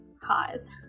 cause